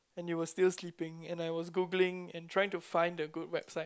and you were still sleeping and I was Googling and trying to find the good website